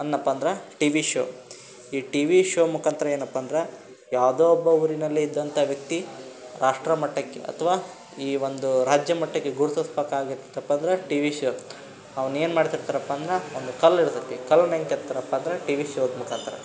ಅನ್ನಪ್ಪ ಅಂದ್ರೆ TV show ಈ TV show ಮುಖಾಂತರ ಏನಪ್ಪ ಅಂದ್ರೆ ಯಾವುದೋ ಒಬ್ಬ ಊರಿನಲ್ಲಿ ಇದ್ದಂಥ ವ್ಯಕ್ತಿ ರಾಷ್ಟ್ರ ಮಟ್ಟಕ್ಕೆ ಅಥ್ವಾ ಈ ಒಂದು ರಾಜ್ಯ ಮಟ್ಟಕ್ಕೆ ಗುರುತಿಸ್ಕೊಬೇಕಾಗಿತಪ್ಪ ಅಂದರೆ ಟಿವಿ ಶೋ ಅವನು ಏನ್ಮಾಡ್ತಿರ್ತಾರಪ್ಪಂದ್ರೆ ಒಂದು ಕಲ್ಲು ಇರ್ತದೆ ಕಲ್ಲನ್ನು ಹೇಗ್ ಕೆತ್ತುತ್ತಾರಪ್ಪ ಅಂದ್ರೆ ಟಿವಿ ಶೋ ಮುಖಾಂತರ